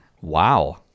Wow